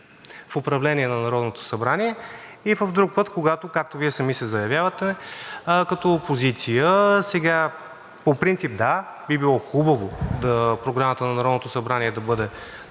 в управлението на Народното събрание и друг път, както Вие сами се заявявате като опозиция. Сега по принцип, да, би било хубаво Програмата на Народното събрание да бъде публикувана